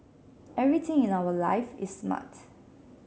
everything in our life is smart